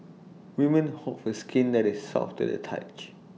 women hope for skin that is soft to the touch